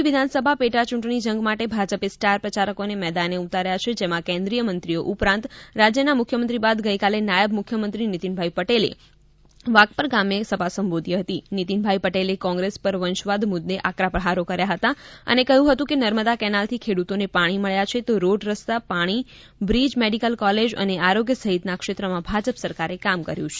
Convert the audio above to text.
મોરબી વિધાનસભા પેટા ચૂંટણી જંગ માટે ભાજપે સ્ટાર પ્રચારકોને મેદાને ઉતાર્યા છે જેમાં કેન્દ્રીય મંત્રીઓ ઉપરાંત રાજ્યના મુખ્યમંત્રી બાદ ગઇકાલે નાયબ મુખ્યમંત્રી નીતિનભાઈ પટેલે વાઘપર ગામે સભા સંબોધી હતી નીતિનભાઈ પટેલે કોંગ્રેસ પર વંશવાદ મુદે આકરા પ્રહારો કર્યા હતા અને કહ્યું હતું કે નર્મદા કેનાલથી ખેડૂતોને પાણી મળ્યા છે તો રોડ રસ્તા પાણી બ્રીજ મેડીકલ કોલેજ અને આરોગ્ય સહિતના ક્ષેત્રમાં ભાજપ સરકારે કામ કર્યું છે